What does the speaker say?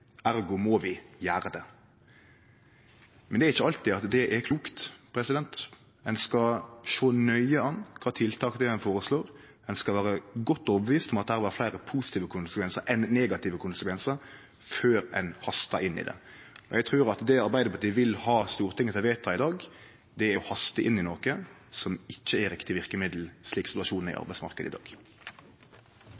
ergo må vi gjere det. Men det er ikkje alltid at det er klokt. Ein skal sjå nøye på kva for tiltak ein føreslår, og ein skal vere godt overtydd om at det er fleire positive konsekvensar enn negative konsekvensar før ein hastar inn i det, og eg trur at det som Arbeidarpartiet vil ha Stortinget til å vedta i dag, er å haste inn i noko som ikkje er riktig verkemiddel slik som situasjonen er på arbeidsmarknaden i